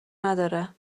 نداره